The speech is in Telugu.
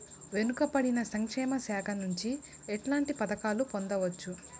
వెనుక పడిన సంక్షేమ శాఖ నుంచి ఎట్లాంటి పథకాలు పొందవచ్చు?